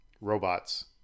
robots